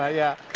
ah yeah.